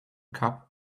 cup